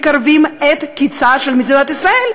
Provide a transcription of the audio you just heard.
מקרבים את קצה של מדינת ישראל.